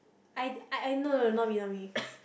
I I no no not me not me